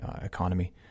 economy